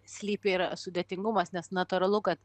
slypi ir sudėtingumas nes natūralu kad